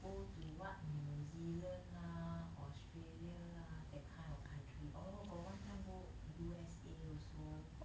go to what new zealand lah australia lah that kind of country oh got one time go U_S_A also